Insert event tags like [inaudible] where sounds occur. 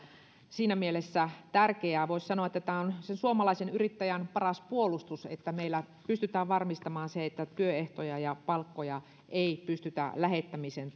siinä mielessä tärkeä ja voisi sanoa että tämä on suomalaisen yrittäjän paras puolustus että meillä pystytään varmistamaan se että työehtoja ja palkkoja ei pystytä lähettämisen [unintelligible]